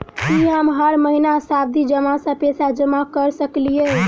की हम हर महीना सावधि जमा सँ पैसा जमा करऽ सकलिये?